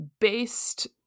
based